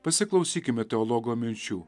pasiklausykime teologo minčių